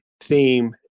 theme